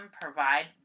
provide